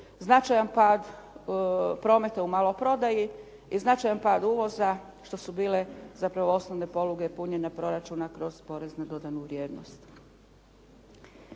značajan pad prometa u maloprodaji i značajan pad uvoza što su bile zapravo osnovne poluge punjenja proračuna kroz porez na dodanu vrijednost.